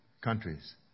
countries